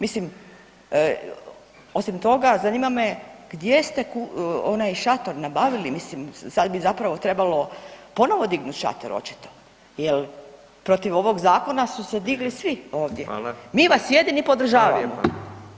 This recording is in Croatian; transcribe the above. Mislim, osim toga, zanima gdje ste onaj šator nabavili, mislim, sad bi zapravo trebalo ponovno dignuti šator očito jel protiv ovog zakona su se digli svi ovdje [[Upadica Radin: Hvala.]] Mi vas jedini podržavamo.